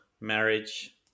marriage